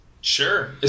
Sure